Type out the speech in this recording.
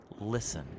listen